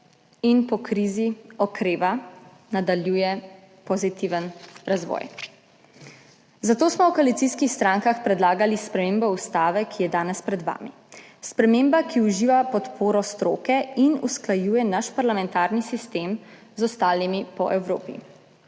in po krizi okreva, nadaljuje pozitiven razvoj, zato smo v koalicijskih strankah predlagali spremembo ustave, ki je danes pred vami. Sprememba, ki uživa podporo stroke in usklajuje naš parlamentarni sistem z ostalimi po Evropi.